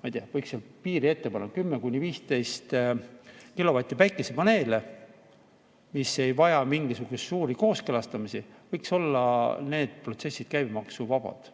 ma ei tea, võiks seal piiri ette panna, 10 –15 kilovatti päikesepaneele, mis ei vaja mingisuguseid suuri kooskõlastamisi, võiks olla need protsessid käibemaksuvabad.